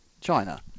China